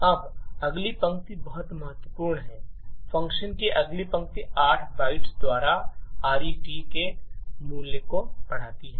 अब अगली पंक्ति बहुत महत्वपूर्ण है फ़ंक्शन की अगली पंक्ति 8 बाइट्स द्वारा आरईटी के मूल्य को बढ़ाती है